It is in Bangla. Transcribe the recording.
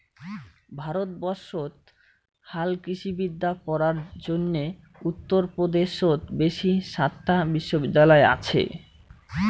ভারতবর্ষত হালকৃষিবিদ্যা পড়ার জইন্যে উত্তর পদেশত বেশি সাতটা বিশ্ববিদ্যালয় আচে